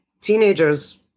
teenagers